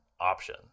option